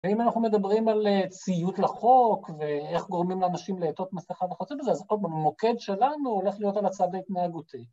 ואם אנחנו מדברים על צייות לחוק ואיך גורמים לאנשים לאתות מסכה וכיוצא בזה, אז הכל במוקד שלנו הולך להיות על הצד ההתנהגותי.